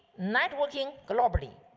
not working globally,